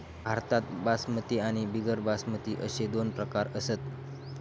भाताचे बासमती आणि बिगर बासमती अशे प्रकार असत